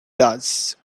does